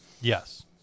yes